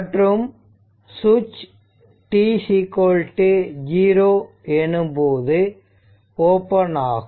மற்றும் சுவிட்ச் t0 எனும்போது ஓபன் ஆகும்